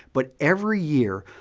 but every year,